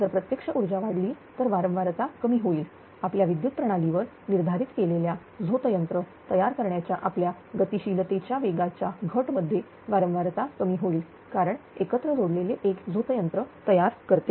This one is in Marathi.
जर प्रत्यक्ष ऊर्जा वाढली तर वारंवारता कमी होईल आपल्या विद्युत प्रणालीवर निर्धारित केलेल्या झोतयंत्र तयार करण्याच्या आपल्या गतिशील तेच्या वेगाच्या घट मध्ये वारंवारता कमी होईल कारण एकत्र जोडलेले एक झोतयंत्र तयार करते